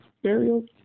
burial